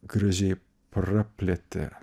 gražiai praplėtė